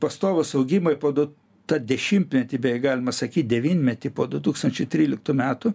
pastovūs augimai po du tą dešimtmetį galima sakyt devynmetį po du tūkstančiai tryliktų metų